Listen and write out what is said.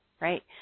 right